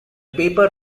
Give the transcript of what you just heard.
paper